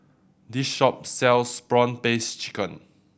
this shop sells prawn paste chicken